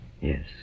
Yes